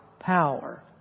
Power